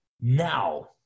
Now